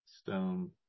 stone